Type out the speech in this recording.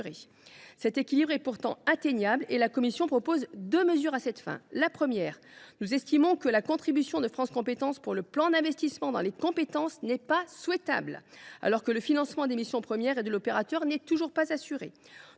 Cet équilibre est pourtant atteignable et la commission propose deux mesures à cette fin. D’une part, nous estimons que la contribution de France Compétences au plan d’investissement dans les compétences (PIC) n’est pas souhaitable, alors que le financement des missions premières de l’opérateur n’est toujours pas assuré.